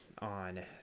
on